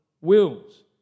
wills